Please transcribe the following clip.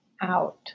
out